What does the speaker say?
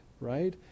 right